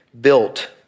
built